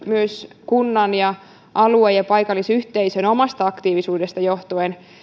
myös kunnan alueen ja paikallisyhteisön omalla aktiivisuudella on ehkä ollut